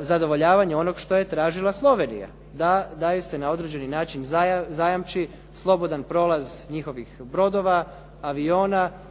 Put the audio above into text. zadovoljavanje onog što je tražila Slovenija, da joj se na određeni način zajamči slobodan prolaz njihovih brodova, aviona,